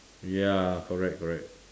ya correct correct